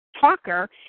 talker